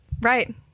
Right